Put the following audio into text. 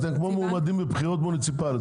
אתם כמו מועמדים לבחירות מוניציפליות,